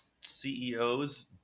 CEOs